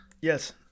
Yes